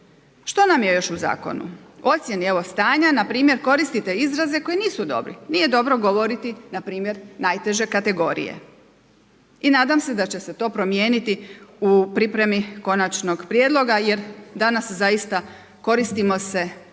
Što nam je još u zakonu? Ocjeni evo stanja, npr. koristite izraze koji nisu dobri, nije dobro govoriti npr. najteže kategorije. I nadam se da će se to promijeniti u pripremi konačnog prijedloga jer danas zaista koristimo se